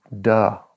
duh